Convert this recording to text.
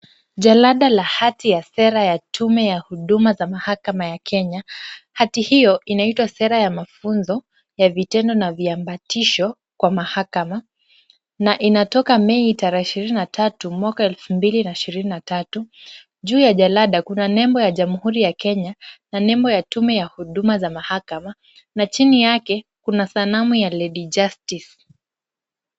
Jalada la hati ya sera ya tume ya huduma za mahakama ya Kenya. Hati hiyo inaitwa sera ya mafunzo ya vitendo na viambatisho kwa mahakama na inatoka Mei tarehe ishirini na tatu mwaka wa elfu mbili na ishirini na tatu. Juu ya jalada kuna nembo ya jamhuri ya Kenya na nembo ya tume ya huduma za mahakama na chini yake kuna sanamu ya lady justice .